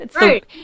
Right